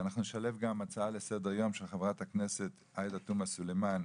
אנחנו נשלב גם הצעה לסדר יום של חברת הכנסת עאידה תומא סלימאן,